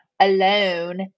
alone